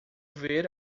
ver